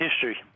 History